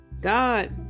God